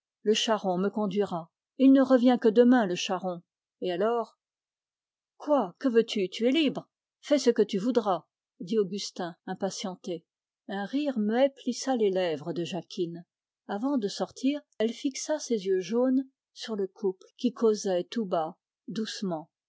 le charron me conduira et il ne revient que demain le charron et alors quoi que veux-tu tu es libre fais ce que tu voudras dit augustin impatienté un rire muet plissa les lèvres de jacquine avant de sortir elle fixa ses yeux jaunes sur le couple qui causait tout bas doucement